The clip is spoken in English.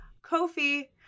Kofi